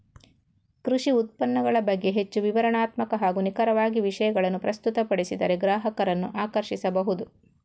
ಕೃಷಿ ಉತ್ಪನ್ನಗಳ ಬಗ್ಗೆ ಹೆಚ್ಚು ವಿವರಣಾತ್ಮಕ ಹಾಗೂ ನಿಖರವಾಗಿ ವಿಷಯಗಳನ್ನು ಪ್ರಸ್ತುತಪಡಿಸಿದರೆ ಗ್ರಾಹಕರನ್ನು ಆಕರ್ಷಿಸಬಹುದು